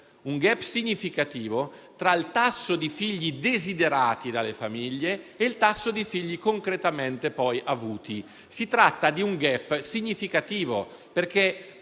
un *gap* significativo tra il tasso di figli desiderati dalle famiglie e il tasso di figli concretamente poi avuti. Si tratta di un *gap* significativo. Le